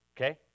Okay